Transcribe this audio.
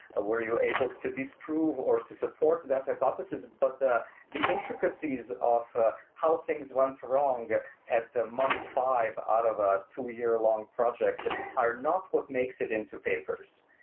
were you able to disprove or to support that hypothesis? but the the intricacies of ah how things went wrong at month five out of a two-year long project are not what makes it into papers.